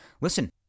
listen